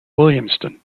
williamstown